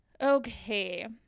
okay